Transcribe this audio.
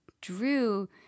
Drew